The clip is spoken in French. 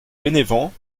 bénévent